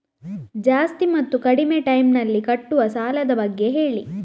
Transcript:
ಜಾಸ್ತಿ ಮತ್ತು ಕಡಿಮೆ ಟೈಮ್ ನಲ್ಲಿ ಕಟ್ಟುವ ಸಾಲದ ಬಗ್ಗೆ ಹೇಳಿ